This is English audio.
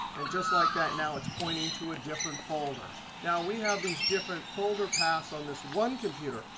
and just like that, now it's pointing to a different folder. now we have these different folder paths on this one computer.